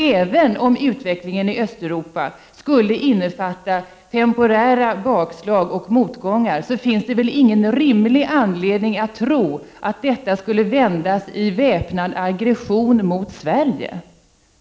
Även om utvecklingen i Östeuropa skulle innefatta temporära bakslag och motgångar, så finns det väl ingen rimlig anledning att tro att detta skulle vändas i väpnad aggression mot Sverige.